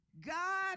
God